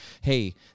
Hey